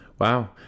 Wow